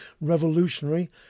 revolutionary